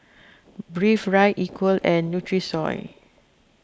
Breathe Right Equal and Nutrisoy